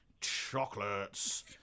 Chocolates